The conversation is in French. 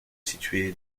situé